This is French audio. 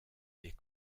des